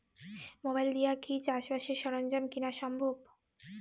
Mobile দিয়া কি চাষবাসের সরঞ্জাম কিনা সম্ভব?